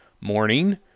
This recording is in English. morning